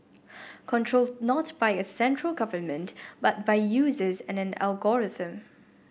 controlled not by a central government but by users and an algorithm